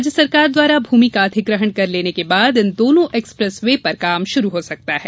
राज्य सरकार द्वारा भूमि का अधिग्रहण कर लेने के बाद इन दोनों एक्सप्रेस वे पर काम शुरू हो सकता है